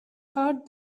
heard